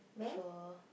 for